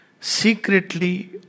secretly